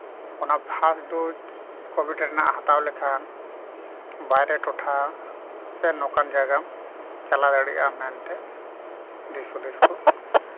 ᱚᱱᱟ first dose Covid ᱨᱮᱭᱟᱜ ᱦᱟᱛᱟᱣ ᱞᱮᱠᱷᱟᱱ ᱵᱟᱦᱨᱮ ᱴᱚᱴᱷᱟ ᱥᱮ ᱱᱚᱝᱠᱟᱱ ᱡᱟᱭᱜᱟ ᱪᱟᱞᱟᱣ ᱫᱟᱲᱮᱭᱟᱜᱼᱟᱢᱮᱱᱛᱮ ᱫᱤᱥ ᱦᱩᱫᱤᱥ ᱠᱚ